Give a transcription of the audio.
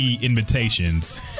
invitations